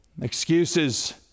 Excuses